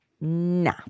nah